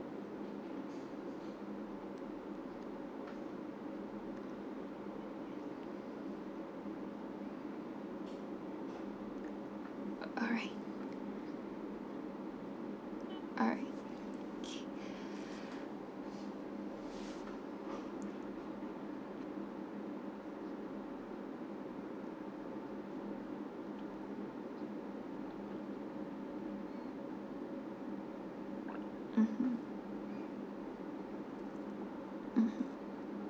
alright alright K mmhmm mmhmm